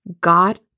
God